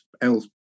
else